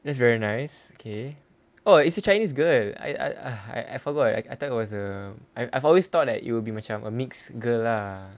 that's very nice okay oh it's a chinese girl I I I I forgot I thought it was a I've I've always thought that it will be macam err mixed girl lah